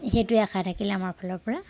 সেইটোৱে আশা থাকিল আমাৰ ফালৰপৰা